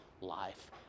life